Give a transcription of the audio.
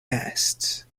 nests